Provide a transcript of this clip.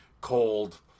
cold